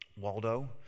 Waldo